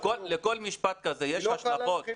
לכל משפט כזה יש השלכות.